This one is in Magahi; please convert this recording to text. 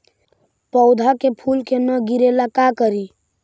पौधा के फुल के न गिरे ला का करि?